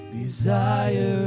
desire